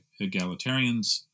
egalitarians